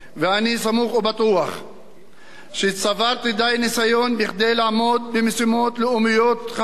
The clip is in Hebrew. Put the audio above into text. סמוך ובטוח שצברתי די ניסיון כדי לעמוד במשימות לאומיות חשובות